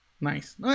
Nice